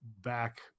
back